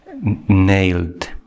nailed